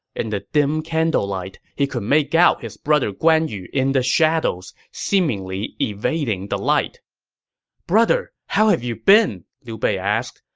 in the dim candlelight, he could make out his brother guan yu in the shadows, seemingly evading the light brother, how have you been! liu bei asked.